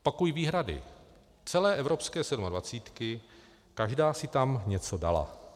Opakuji, výhrady celé evropské sedmadvacítky, každá si tam něco dala.